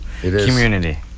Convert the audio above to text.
community